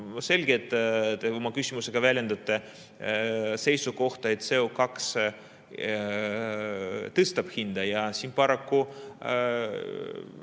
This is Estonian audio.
selge, et te oma küsimusega väljendate seisukohta, et CO2tõstab hinda. Siin paraku